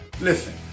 Listen